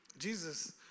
Jesus